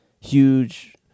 huge